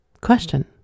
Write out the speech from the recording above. question